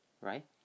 right